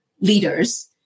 leaders